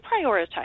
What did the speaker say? prioritize